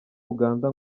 uganda